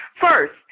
First